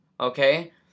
okay